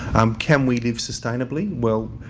um can we live sustainably? well,